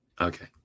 Okay